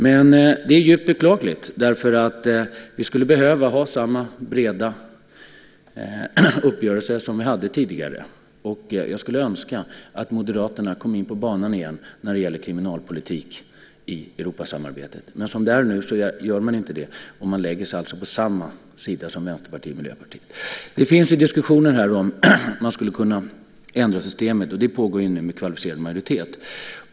Detta är djupt beklagligt, för vi skulle behöva ha samma breda uppgörelse som vi hade tidigare. Jag skulle önska att Moderaterna kom in på banan igen när det gäller kriminalpolitik i Europasamarbetet. Men som det är nu gör man inte det utan lägger sig på samma sida som Vänsterpartiet och Miljöpartiet. Det pågår diskussioner om att man skulle kunna ändra systemet med kvalificerad majoritet.